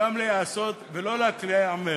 וגם להיעשות ולא רק להיאמר.